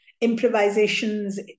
improvisations